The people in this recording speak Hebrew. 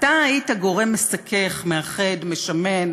אתה היית גורם מסכך, מאחד, משמן,